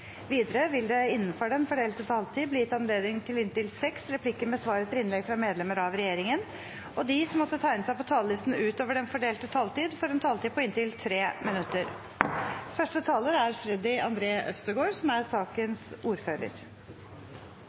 Videre vil det – innenfor den fordelte taletid – bli gitt anledning til inntil seks replikker med svar etter innlegg fra medlemmer av regjeringen, og de som måtte tegne seg på talerlisten utover den fordelte taletid, får en taletid på inntil 3 minutter. Rimelig saksbehandlingstid er